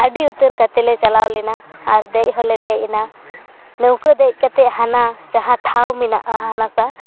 ᱟᱹᱰᱤ ᱩᱛᱟᱹᱨ ᱠᱟᱛᱮᱜ ᱞᱮ ᱪᱟᱞᱟᱣ ᱞᱮᱱᱟ ᱟᱨ ᱫᱮᱡ ᱦᱚᱸᱞᱮ ᱫᱮᱡ ᱮᱱᱟ ᱱᱟ ᱣᱠᱟᱹ ᱫᱮᱡ ᱠᱟᱛᱮᱜ ᱦᱟᱱᱟ ᱡᱟᱦᱟᱸ ᱴᱷᱟᱶ ᱢᱮᱱᱟᱜᱼᱟ ᱦᱟᱱᱟ ᱥᱟᱦ